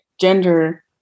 gender